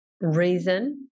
reason